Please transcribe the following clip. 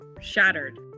shattered